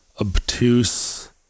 obtuse